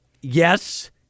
Yes